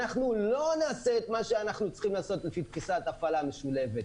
אנחנו לא נעשה את מה שאנחנו צריכים לעשות לפי תפיסת הפעלה משולבת.